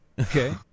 Okay